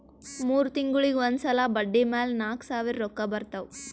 ಮೂರ್ ತಿಂಗುಳಿಗ್ ಒಂದ್ ಸಲಾ ಬಡ್ಡಿ ಮ್ಯಾಲ ನಾಕ್ ಸಾವಿರ್ ರೊಕ್ಕಾ ಬರ್ತಾವ್